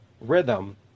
rhythm